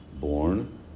born